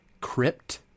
crypt